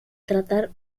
tratar